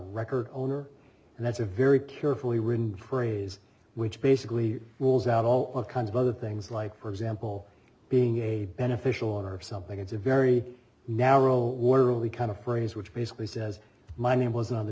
record owner and that's a very carefully written phrase which basically rules out all kinds of other things like for example being a beneficial or something it's a very narrow orderly kind of furries which basically says my name was on